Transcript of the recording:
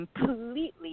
completely